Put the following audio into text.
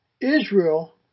Israel